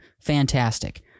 Fantastic